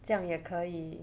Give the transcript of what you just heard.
这样也可以